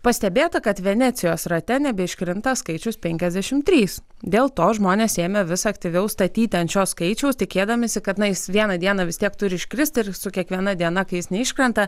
pastebėta kad venecijos rate nebeiškrinta skaičius penkiasdešimt trys dėl to žmonės ėmė vis aktyviau statyti ant šio skaičiaus tikėdamiesi kad na jis vieną dieną vis tiek turi iškristi ir su kiekviena diena kai jis neiškrenta